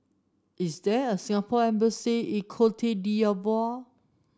is there a Singapore Embassy in Cote d'Ivoire